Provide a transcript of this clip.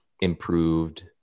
improved